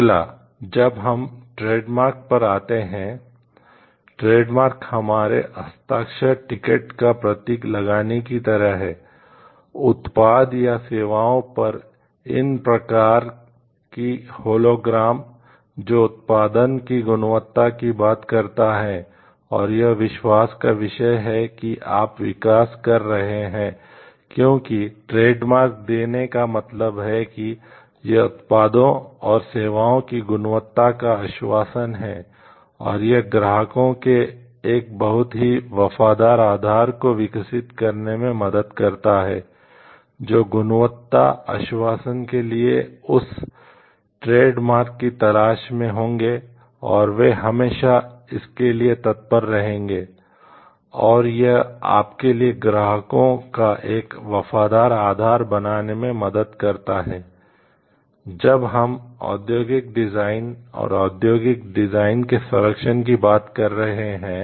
अगला जब हम ट्रेडमार्क के संरक्षण की बात कर रहे हैं